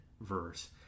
verse